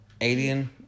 Alien